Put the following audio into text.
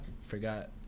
forgot